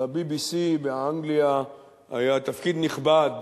ל-BBC באנגליה היה תפקיד נכבד